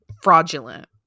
fraudulent